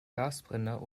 gasbrenner